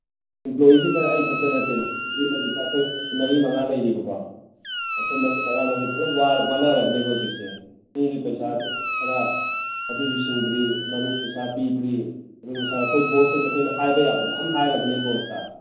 ꯏꯝꯄ꯭ꯂꯣꯏꯌꯤꯁꯤ sir ꯑꯩ ꯈꯛꯇ ꯅꯠꯇꯦ ꯑꯩꯈꯣꯏꯒꯤ ꯂꯩꯔꯤꯕ ꯑꯩꯈꯣꯏ ꯃꯔꯤ ꯃꯉꯥ ꯂꯩꯔꯤꯑꯕꯀꯣ ꯑꯩꯈꯣꯏ ꯃꯔꯤ ꯃꯉꯥꯃꯛꯁꯦ ꯄꯨꯂꯞ ꯋꯥꯅꯔꯕꯅꯦꯕ ꯍꯧꯖꯤꯛꯁꯦ ꯃꯤꯒꯤ ꯄꯩꯁꯥ ꯁꯣꯛꯄ ꯈꯔ ꯑꯗꯨꯁꯨ ꯁꯤꯡꯗ꯭ꯔꯤ ꯃꯔꯨꯞ ꯄꯩꯁꯥ ꯄꯤꯗ꯭ꯔꯤ ꯑꯗꯨꯒ ꯁꯥꯔ ꯑꯩꯈꯣꯏ ꯕꯣꯁꯇꯁꯨ ꯑꯩꯈꯣꯏꯅ ꯍꯥꯏꯕ ꯌꯥꯕ ꯃꯌꯥꯝ ꯍꯥꯏꯔꯕꯅꯦ ꯕꯣꯁꯇ